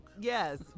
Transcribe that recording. yes